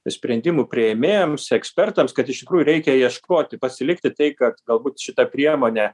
sprendimų priėmėjams ekspertams kad iš tikrųjų reikia ieškoti pasilikti tai kad galbūt šita priemonė